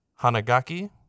Hanagaki